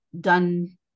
done